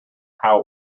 how